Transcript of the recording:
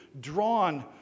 drawn